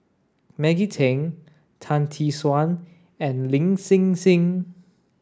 Maggie Teng Tan Tee Suan and Lin Hsin Hsin